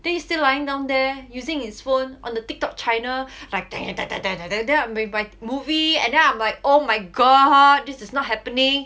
then he still lying down there using his phone on the TikTok china like and then with my movie and then I'm like oh my god this is not happening